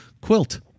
quilt